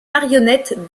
marionnette